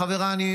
חבריי,